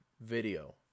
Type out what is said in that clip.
video